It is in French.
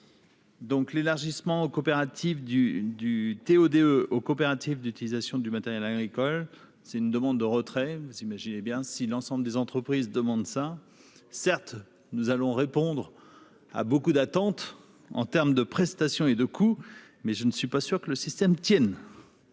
coopératives du du TO-DE aux coopératives d'utilisation du matériel agricole, c'est une demande de retrait, vous imaginez bien, si l'ensemble des entreprises demandent ça certes nous allons répondre à beaucoup d'attentes en terme de prestations et de coûts mais je ne suis pas sûr que le système tienne.